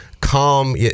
calm